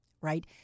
right